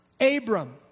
Abram